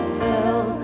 fell